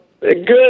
Good